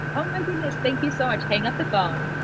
oh my goodness. thank you so much. hang up the phone,